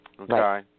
Okay